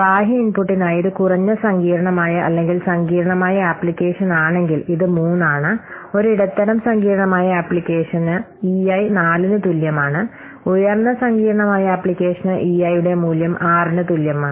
ബാഹ്യ ഇൻപുട്ടിനായി ഇത് കുറഞ്ഞ സങ്കീർണ്ണമായ അല്ലെങ്കിൽ സങ്കീർണ്ണമായ അപ്ലിക്കേഷനാണെങ്കിൽ ഇത് 3 ആണ് ഒരു ഇടത്തരം സങ്കീർണ്ണമായ അപ്ലിക്കേഷന് ഇഐ 4 ന് തുല്യമാണ് ഉയർന്ന സങ്കീർണ്ണമായ ആപ്ലിക്കേഷന് ഇഐ യുടെ മൂല്യം 6 ന് തുല്യമാണ്